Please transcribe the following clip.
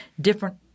different